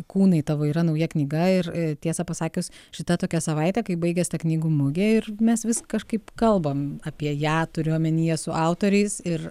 kūnai tavo yra nauja knyga ir tiesą pasakius šita tokia savaitė kai baigias ta knygų mugė ir mes vis kažkaip kalbam apie ją turiu omenyje su autoriais ir